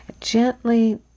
Gently